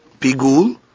Pigul